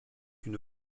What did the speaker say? une